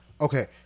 Okay